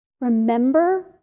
remember